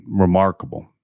remarkable